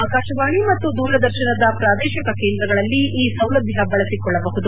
ಆಕಾಶವಾಣಿ ಮತ್ತು ದೂರದರ್ಶನದ ಪ್ರಾದೇಶಿಕ ಕೇಂದ್ರಗಳಲ್ಲಿ ಈ ಸೌಲಭ್ಞ ಬಳಸಿಕೊಳ್ಳಬಹುದು